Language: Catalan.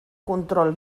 control